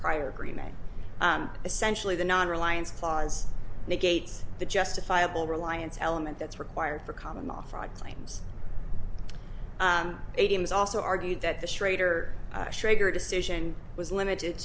prior agreement essentially the non reliance clause negates the justifiable reliance element that's required for common law fraud claims a t m is also argued that the schrader schrager decision was limited